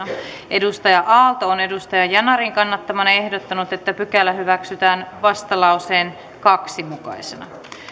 mukaisena touko aalto on ozan yanarin kannattamana ehdottanut että pykälä hyväksytään vastalauseen kahtena mukaisena